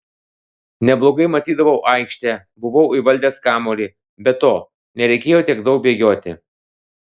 neblogai matydavau aikštę buvau įvaldęs kamuolį be to nereikėjo tiek daug bėgioti